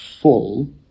full